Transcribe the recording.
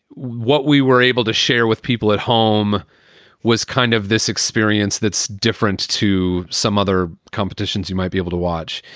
what we were able to share with people at home was kind of this experience that's different to some other competitions you might be able to watch.